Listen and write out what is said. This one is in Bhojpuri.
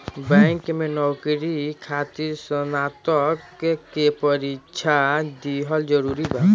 बैंक में नौकरी खातिर स्नातक के परीक्षा दिहल जरूरी बा?